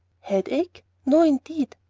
headache! no, indeed.